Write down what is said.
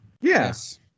Yes